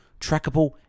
trackable